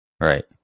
Right